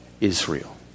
Israel